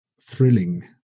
thrilling